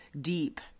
deep